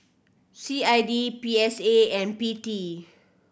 C I D P S A and P T